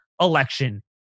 election